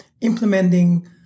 implementing